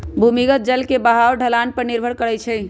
भूमिगत जल के बहाव ढलान पर निर्भर करई छई